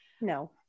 No